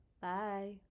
Bye